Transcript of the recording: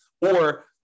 Or-